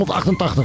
188